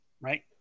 Right